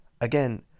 Again